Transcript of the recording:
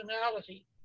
personality